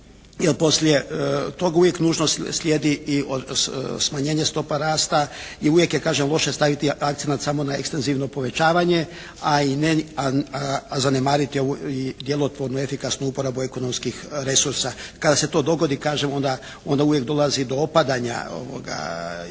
jer poslije toga uvijek nužno slijedi i smanjenje stopa rasta i uvijek je kažem loše staviti akcenat samo na ekstenzivno povećavanje, a zanemariti ovu djelotvornu i efikasnu uporabu ekonomskih resursa. Kada se to dogodi kažem, onda uvijek dolazi do opadanja i